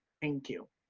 thank you.